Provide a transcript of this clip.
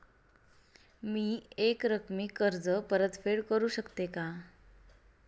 मी एकरकमी कर्ज परतफेड करू शकते का?